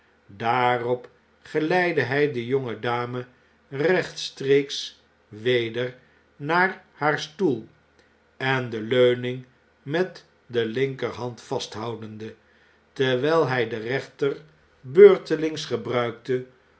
daarop geleidde hij dejongedamerechtstreeks weder naar haar stoel en de leuning met de linkerhand vasthoudende terwijl hij de rechter beurtelings gebruikte